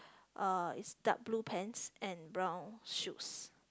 uh it's dark blue pants and brown shoes